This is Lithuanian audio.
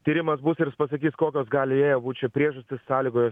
tyrimas bus ir jis pasakys kokios galėjo būt čia priežastys sąlygojo